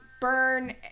burn